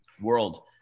world